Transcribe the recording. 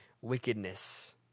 wickedness